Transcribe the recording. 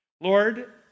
Lord